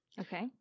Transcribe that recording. Okay